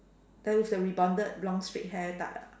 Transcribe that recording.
that was the rebonded long straight hair type ah